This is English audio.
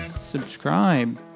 subscribe